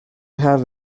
have